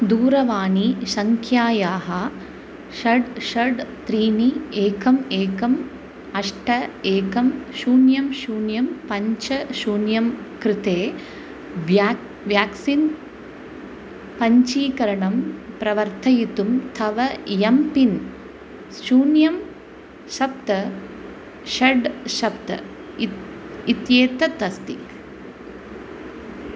दूरवाणी सङ्ख्यायाः षड् षड् त्रीणि एकम् एकम् अष्ट एकं शून्यं शून्यं पञ्च शून्यं कृते व्याक् व्याक्सिन् पञ्चीकरणं प्रवर्धयितुं तव एंपिन् शून्यं सप्त षड् सप्त इत् इत्येतत् अस्ति